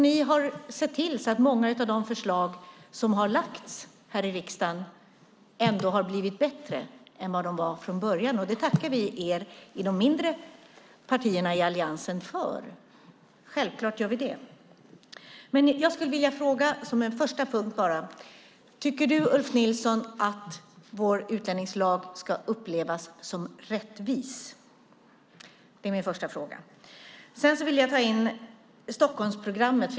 Ni har sett till att många av de förslag som har lagts fram här i riksdagen har blivit bättre än vad de var från början, och det tackar vi självfallet er i de mindre partierna i Alliansen för. Som en första punkt skulle jag vilja ställa en fråga. Tycker du, Ulf Nilsson, att vår utlänningslag kan upplevas som rättvis? Det är min första fråga. Sedan vill jag ta upp Stockholmsprogrammet.